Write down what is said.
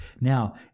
Now